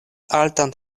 altan